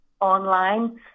online